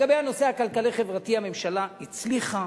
לגבי הנושא הכלכלי-חברתי הממשלה הצליחה,